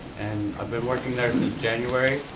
and i've been working there since january,